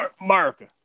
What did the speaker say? America